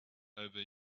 over